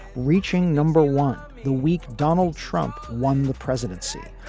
reaching number one the week donald trump won the presidency,